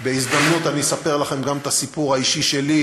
בהזדמנות אני אספר לכם גם את הסיפור האישי שלי,